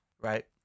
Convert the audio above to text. right